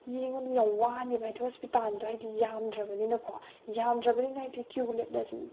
ꯌꯦꯡ ꯃꯇꯝꯗ ꯌꯥꯝ ꯋꯥꯅꯦꯕ ꯍꯥꯏꯗꯤ ꯍꯣꯁꯄꯤꯇꯥꯜꯗꯣ ꯍꯥꯏꯗꯤ ꯌꯥꯝꯗ꯭ꯔꯕꯅꯤꯅꯀꯣ ꯌꯥꯝꯗ꯭ꯔꯕꯅꯤꯅ ꯍꯥꯏꯗꯤ ꯀꯤꯌꯨ ꯂꯦꯞꯂꯁꯨ